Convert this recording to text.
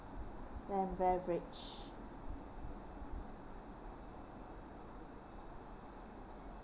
food and beverage